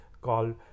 called